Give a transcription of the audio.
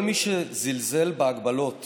כל מי שזלזל בהגבלות